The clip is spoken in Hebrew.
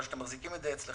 אבל אתם מחזיקים את זה אצלכם,